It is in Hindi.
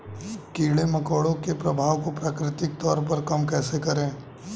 कीड़े मकोड़ों के प्रभाव को प्राकृतिक तौर पर कम कैसे करें?